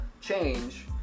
change